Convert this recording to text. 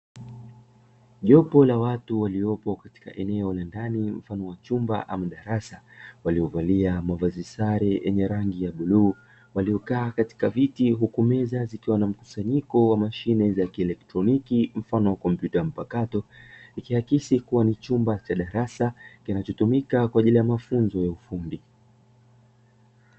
Jopo la watu waliopo katika eneo la ndani mfano wa chumba ama darasa waliovalia mavazi sare yenye rangi ya bluu waliokaa katika viti, huku meza zikiwa na mkusanyiko wa mashine za kielektroniki mfano wa kompyuta mpakato, ikihakisi kuwa ni chumba cha darasa kinachotumika kwa ajili ya mafunzo ya ufundi.